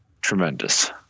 tremendous